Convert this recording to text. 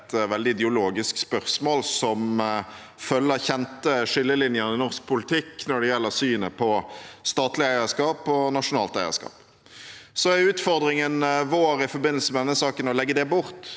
ideologisk spørsmål, som følger kjente skillelinjer i norsk politikk når det gjelder synet på statlig eierskap og nasjonalt eierskap. Så er utfordringen vår i forbindelse med denne saken å legge det bort,